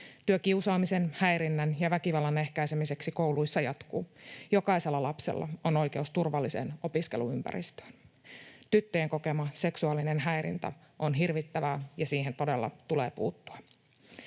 Työ kiusaamisen, häirinnän ja väkivallan ehkäisemiseksi kouluissa jatkuu. Jokaisella lapsella on oikeus turvalliseen opiskeluympäristöön. Tyttöjen kokema seksuaalinen häirintä on hirvittävää, ja siihen todella tulee puuttua.